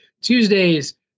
Tuesdays